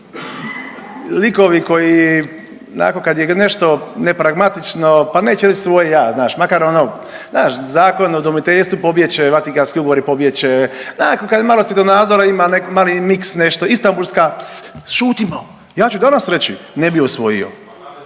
likovi onako kad je nešto nepragmatično pa neće reći svoj ja znaš makar ono znaš Zakon o udomiteljstvu pobjeći će, Vatikanski ugovori pobjeći će, nako kad malo svjetonadzora ima mali mix nešto, Istambulska pst šutimo. Ja ću danas reći ne bi je usvojio,